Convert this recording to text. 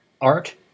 art